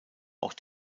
auch